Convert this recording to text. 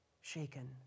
shaken